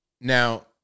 Now